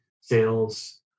sales